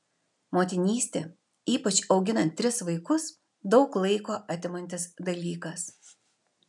motinystė ypač auginant tris vaikus daug laiko atimantis dalykas